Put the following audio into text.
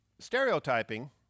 Stereotyping